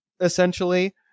essentially